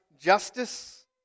justice